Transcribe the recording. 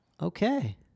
Okay